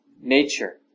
nature